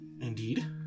Indeed